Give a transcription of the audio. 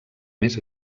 més